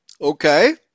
okay